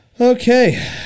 Okay